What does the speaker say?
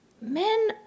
men